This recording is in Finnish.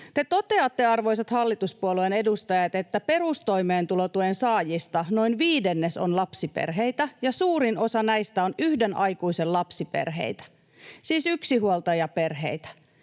Te toteatte, arvoisat hallituspuolueiden edustajat, että perustoimeentulotuen saajista noin viidennes on lapsiperheitä, ja suurin osa näistä on yhden aikuisen lapsiperheitä, siis yksinhuoltajaperheitä.